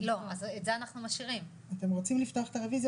הרוויזיה